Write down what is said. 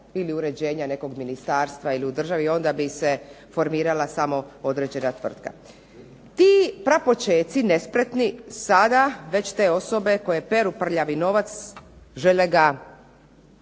uređenja ili nekog ministarstva, ili u državi onda bi se formirala samo određena tvrtka. Ti prapočeci nespretni, već te sada osobe koje peru prljavi novac žele ga